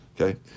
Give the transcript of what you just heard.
Okay